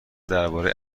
درباره